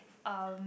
um